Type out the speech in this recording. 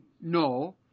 no